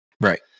right